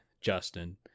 Justin